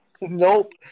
Nope